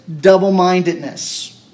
double-mindedness